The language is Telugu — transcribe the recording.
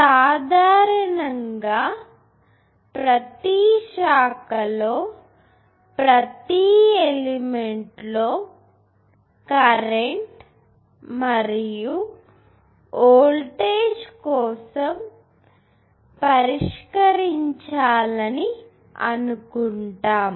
సాధారణంగా ప్రతి శాఖలో ప్రతి ఎలిమెంట్ లో కరెంటు మరియు వోల్టేజ్ కోసం పరిష్కరించాలని అనుకుంటాము